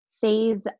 phase